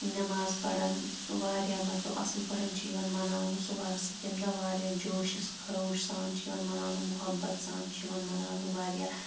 نٮ۪ماز پَڑان واریاہ مطلب اَصٕل پٲٹھۍ چھِ یِوان مَناونہٕ سُہ وَرسہٕ تَمہِ دۄہ واریاہ جوشَس خروش سان چھُ یِوان مناونہٕ محبت سان چھُ یِوان مَناونہٕ واریاہ